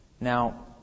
Now